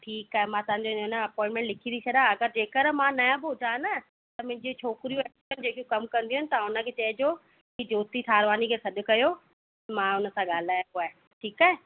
ठीकु आहे मां तव्हांजो हा न अपॉइंटमेंट लिखी थी छॾियां अगरि जेकरि मां न बि हुजा न त मुंहिंजी छोकिरियूं अथन जेकियूं कम कंदियूं आहिनि तव्हां उनखे चइजो की ज्योति थारवानी खे सॾु कयो मां उन सां ॻाल्हाइबो आहे ठीकु आहे